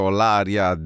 l'aria